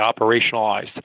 operationalized